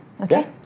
okay